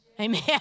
Amen